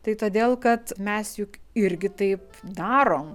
tai todėl kad mes juk irgi taip darom